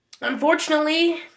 unfortunately